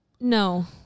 No